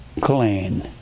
Clean